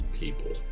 people